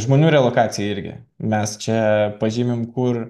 žmonių relokacija irgi mes čia pažymime kur